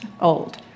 old